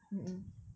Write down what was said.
mmhmm